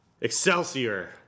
Excelsior